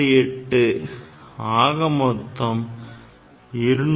68 ஆக மொத்தம் ரூ